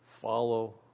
Follow